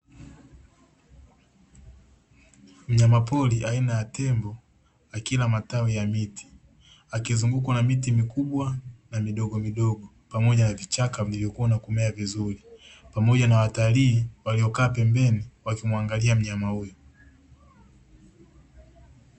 Mnyama pori aina ya tembo akila matawi ya miti, akizungukwa na miti mikubwa na midogomidogo, pamoja na vichaka vilivyokua na kumea vizuri, pamoja na watalii waliokaa pembeni, wakimwangalia mnyama huyu.